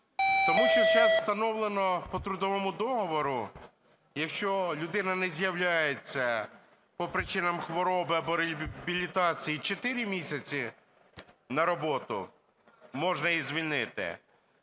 Тому що зараз встановлено по трудовому договору, якщо людина не з'являється по причинам хвороби або реабілітації 4 місяці на роботу, можна її звільнити,